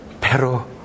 Pero